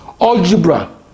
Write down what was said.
algebra